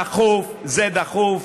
דחוף זה דחוף.